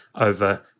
over